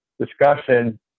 discussion